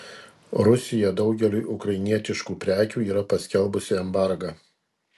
rusija daugeliui ukrainietiškų prekių yra paskelbusi embargą